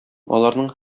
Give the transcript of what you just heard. аларның